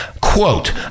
Quote